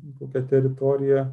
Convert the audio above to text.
kokią teritoriją